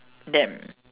them